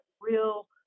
real